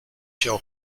show